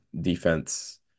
defense